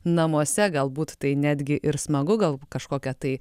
namuose galbūt tai netgi ir smagu gal kažkokią tai